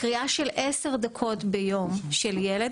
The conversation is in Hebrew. קריאה של 10 דקות ביום של ילד,